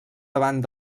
davant